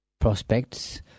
prospects